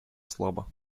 слабо